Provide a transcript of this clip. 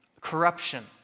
corruption